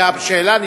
כי השאלה,